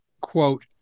quote